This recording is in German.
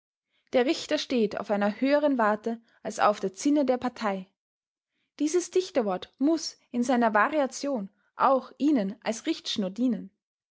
der richter steht auf einer höheren warte als auf der zinne der partei dieses dichterwort muß in seiner variation auch ihnen als richtschnur dienen